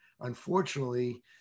unfortunately